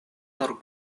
nur